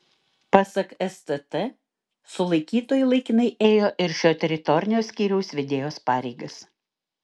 pasak stt sulaikytoji laikinai ėjo ir šio teritorinio skyriaus vedėjos pareigas